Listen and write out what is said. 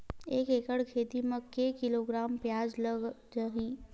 एक एकड़ खेती म के किलोग्राम प्याज लग ही?